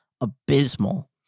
abysmal